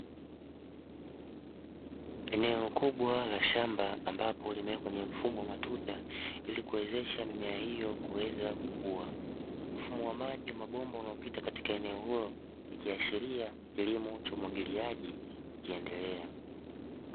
Eneo kubwa la shamba, ambapo limewekwa kwenye mfumo wa matuta ili kuwezesha mimea hiyo kuweza kukua. Mfumo wa maji wa mabomba unaopita kwenye eneo hilo, ikiashiria kilimo cha umwagiliaji kikiendelea.